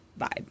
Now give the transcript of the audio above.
vibe